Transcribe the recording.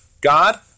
God